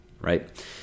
right